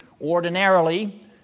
Ordinarily